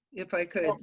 if i could.